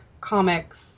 comics